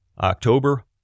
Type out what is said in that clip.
October